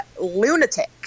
lunatic